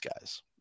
guys